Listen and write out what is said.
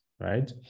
right